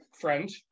friend